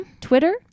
Twitter